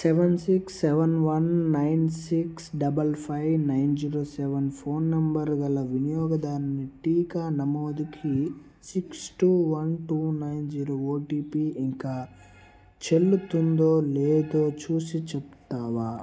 seven six seven one nine six double five nine zero seven phone number గల వినియోగదారుని టీకా నమోదుకి six two one two nine zero OTP ఇంకా చెల్లుతుందో లేదో చూసి చెప్తావా